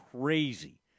crazy